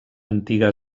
antiga